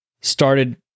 started